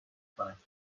کند